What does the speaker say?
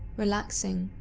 relaxing,